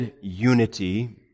unity